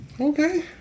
Okay